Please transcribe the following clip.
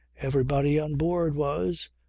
everybody on board was,